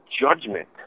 judgment